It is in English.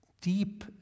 deep